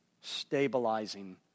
stabilizing